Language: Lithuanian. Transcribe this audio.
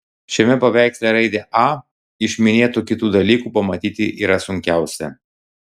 šiame paveiksle raidę a iš minėtų kitų dalykų pamatyti yra sunkiausia